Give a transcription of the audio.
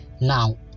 now